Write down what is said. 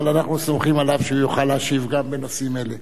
אבל אנחנו סומכים עליו שהוא יוכל להשיב גם בנושאים אלה.